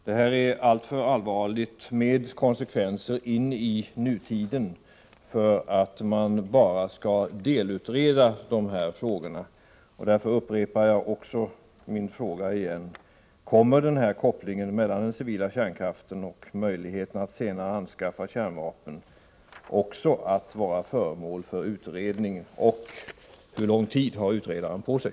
De här frågorna är alltför allvarliga, med konsekvenser in i nutiden, för att en delutredning skall vara till fyllest. Därför upprepar jag min fråga: Kommer också spörsmålet om kopplingen mellan den civila kärnkraften och möjligheten att senare anskaffa kärnvapen att bli föremål för utredning, och hur lång tid har utredaren på sig?